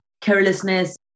carelessness